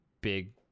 big